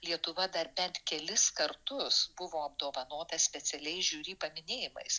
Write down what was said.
lietuva dar bent kelis kartus buvo apdovanota specialiais žiuri paminėjimais